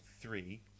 three